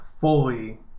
fully